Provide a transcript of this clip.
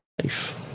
life